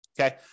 Okay